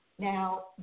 Now